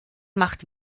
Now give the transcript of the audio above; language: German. macht